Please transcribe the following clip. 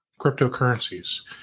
cryptocurrencies